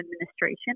administration